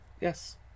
Yes